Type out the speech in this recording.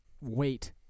wait